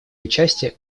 участие